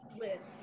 list